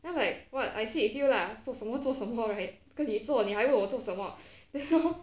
then I'm like what I sit with you lah 什么做什么 right 跟你坐你还问我做什么 then hor